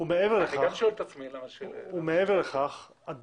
שלושה בעד, פה אחד.